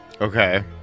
Okay